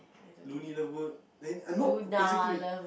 Luna-Lovegood eh no basically